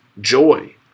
joy